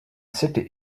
city